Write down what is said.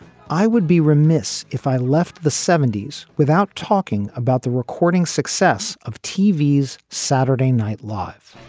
i would be remiss if i left the seventy s without talking about the recording success of t v s saturday night live